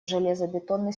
железобетонной